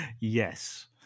Yes